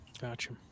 gotcha